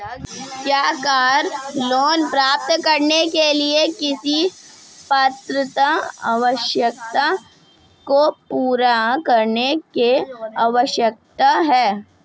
क्या car loan प्राप्त करने के लिए किसी पात्रता आवश्यकता को पूरा करने की आवश्यकता है?